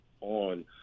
on